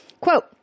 Quote